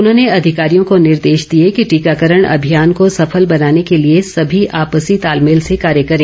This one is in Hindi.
उन्होंने अधिकारियों को निर्देश दिए कि टीकाकरण अभियान को सफल बनाने के लिए सभी आपसी तालमेल से कार्य करें